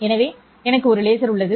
எனவே எனக்கு ஒரு லேசர் உள்ளது